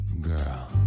Girl